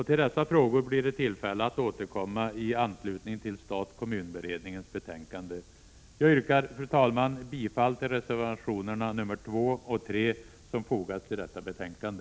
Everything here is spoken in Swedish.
Till dessa frågor blir det tillfälle att återkomma i anslutning till statkommun-beredningens betänkande. Jag yrkar, fru talman, bifall till reservationerna nr 2 och 3, som har fogats till detta betänkande.